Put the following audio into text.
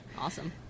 awesome